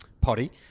potty